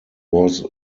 was